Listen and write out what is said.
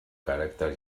caràcter